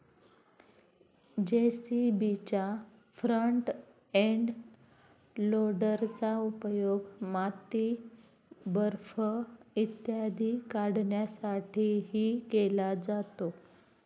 जे.सी.बीच्या front end लोडरचा उपयोग माती, बर्फ इत्यादी काढण्यासाठीही केला जातो